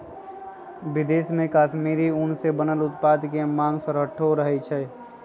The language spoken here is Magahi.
विदेश में कश्मीरी ऊन से बनल उत्पाद के मांग हरसठ्ठो रहइ छै